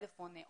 פלאפון,